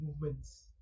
movements